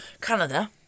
Canada